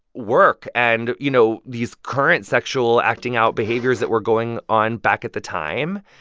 work and, you know, these current sexual acting-out behaviors that were going on back at the time,